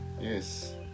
Yes